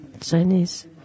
Chinese